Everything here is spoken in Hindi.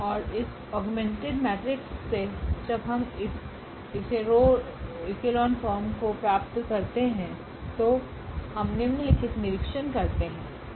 और इस ऑगमेंटेड मैट्रिक्स से जब हम इस रो ईच्लोन फॉर्म को प्राप्त करते हैं तो हम निम्नलिखित निरीक्षण करते हैं